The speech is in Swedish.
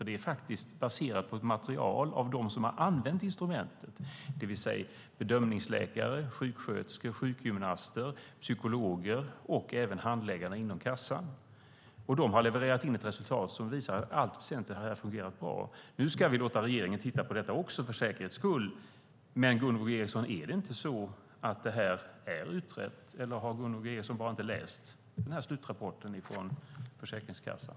Det är baserat på ett material från dem som har använt instrumentet. Det är bedömningsläkare, sjuksköterskor, sjukgymnaster, psykologer och även handläggarna inom kassan. De har levererat in ett resultat som visar att det i allt väsentligt har fungerat bra. Nu ska vi också låta regeringen titta på detta, för säkerhets skull. Är inte detta utrett, Gunvor G Ericson? Eller har inte Gunvor G Ericson bara inte läst slutrapporten från Försäkringskassan?